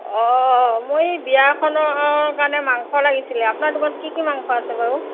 অঁ মোৰ এই বিয়া এখনৰ কাৰণে মাংস লাগিছিলে আপোনাৰ দোকানত কি কি মাংস আছে বাৰু